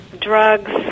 drugs